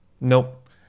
Nope